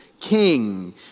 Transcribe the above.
king